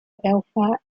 alpha